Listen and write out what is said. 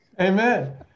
Amen